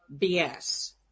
BS